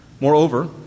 Moreover